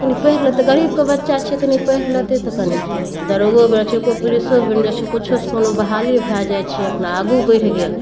कनि पढ़ि लेतै गरीबके बच्चा छिए कनि पढ़ि लेतै तऽ कनि दरोगो कोइ पुलिसो बनि जाए छै किछुसँ कोनो बहाली भऽ जाए छै अपना आगू बढ़ि गेल